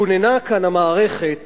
כשכוננה כאן המערכת